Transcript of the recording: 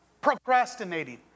procrastinating